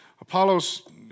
Apollos